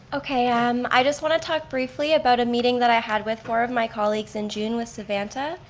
okay, ah um i just want to talk briefly about a meeting that i had with four of my colleagues in june with savanta.